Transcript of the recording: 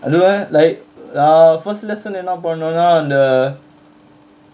I don't know eh like uh first lesson என்ன பண்ணுனா அந்த:enna pannunaa antha